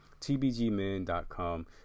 tbgmen.com